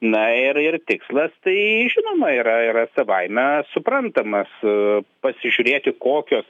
na ir ir tikslas tai žinoma yra yra savaime suprantamas pasižiūrėti kokios